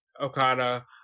Okada